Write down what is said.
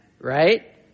right